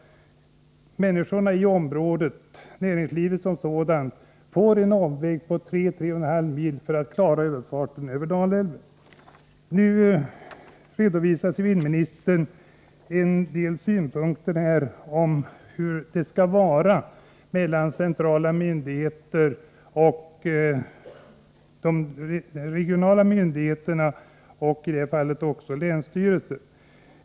Människorna i området och näringslivet som sådant får annars en omväg på 3-3,5 mil för att komma över Dalälven. Civilministern redovisar en del synpunkter på hur förhållandet skall vara mellan centrala myndigheter och regionala myndigheter, i detta fall länsstyrelsen.